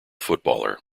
footballer